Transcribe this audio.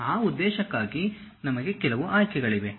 ಆ ಉದ್ದೇಶಕ್ಕಾಗಿ ನಮಗೆ ಕೆಲವು ಆಯ್ಕೆಗಳಿವೆ